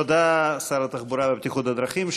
תודה, שר התחבורה והבטיחות בדרכים.